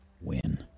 win